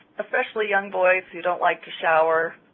especially young boys who don't like to shower,